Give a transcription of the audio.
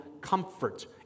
comfort